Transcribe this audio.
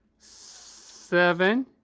seven,